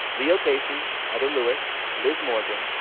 leo casey, heather lewis, liz morgan,